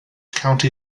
county